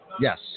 Yes